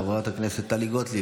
חברת הכנסת טלי גוטליב,